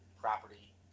property